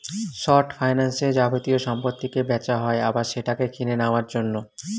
short ফাইন্যান্সে যাবতীয় সম্পত্তিকে বেচা হয় আবার সেটাকে কিনে নেওয়ার জন্য